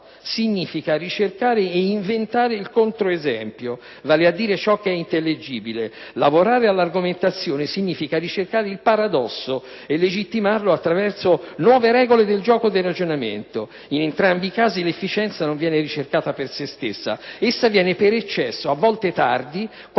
significa ricercare e "inventare" il contro-esempio, vale a dire ciò che è intelligibile; lavorare alla argomentazione significa ricercare il "paradosso" e legittimarlo attraverso nuove regole del gioco del ragionamento. In entrambi i casi l'efficienza non viene ricercata per se stessa: essa viene per eccesso, a volte tardi, quando